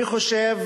אני חושב